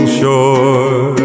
shore